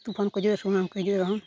ᱛᱩᱯᱷᱟᱱ ᱠᱚ ᱦᱤᱡᱩᱜᱼᱟ ᱥᱩᱱᱟᱢ ᱠᱚ ᱦᱤᱡᱩᱜ ᱨᱮᱦᱚᱸ